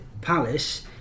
Palace